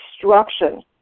destruction